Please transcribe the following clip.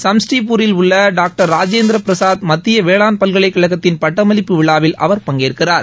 சம்ஸ்டிப்பூரில் உள்ள டாக்டர் ராஜேந்திர பிரசாத் மத்திய வேளாண் பல்கலைக் கழகத்தின் பட்டமளிப்பு விழாவில் அவர் பங்கேற்கிறார்